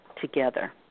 together